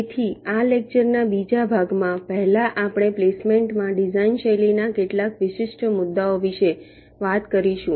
તેથી આ લેક્ચરના બીજા ભાગમાં પહેલા આપણે પ્લેસમેન્ટમાં ડિઝાઇન શૈલીના કેટલાક વિશિષ્ટ મુદ્દાઓ વિશે વાત કરીશું